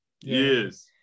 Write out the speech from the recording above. yes